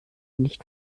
nicht